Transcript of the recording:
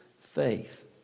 faith